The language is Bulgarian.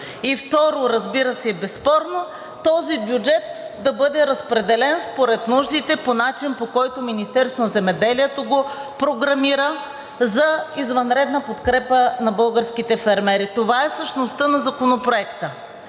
второ, разбира се и безспорно, този бюджет да бъде разпределен според нуждите по начин, по който Министерството на земеделието го програмира за извънредна подкрепа на българските фермери. Това е същността на Законопроекта.